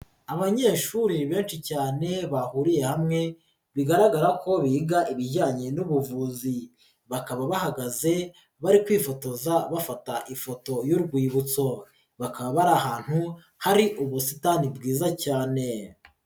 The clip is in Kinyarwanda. Abanyeshuri benshi cyane bahuriye hamwe bigaragara ko biga ibijyanye n'ubuvuzi, bakaba bahagaze bari kwifotoza bafata ifoto y'urwibutso, bakaba bari ahantu hari ubusitani bwiza cyane.